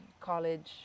college